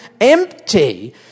empty